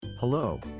Hello